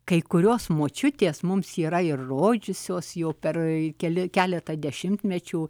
kai kurios močiutės mums yra ir rodžiusios jau per keletą dešimtmečių